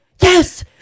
yes